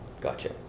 Gotcha